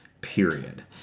period